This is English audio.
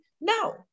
No